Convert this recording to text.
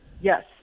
Yes